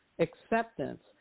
acceptance